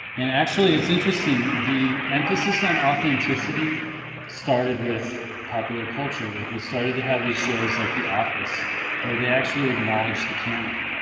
and actually it's interesting the emphasis on authenticity started with popular culture, like we started to have these shows like the office where they actually acknowledged the camera,